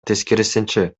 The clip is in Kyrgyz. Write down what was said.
тескерисинче